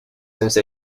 since